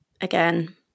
again